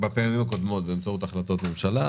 בפעמים הקודמות באמצעות החלטות ממשלה,